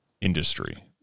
industry